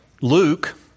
Luke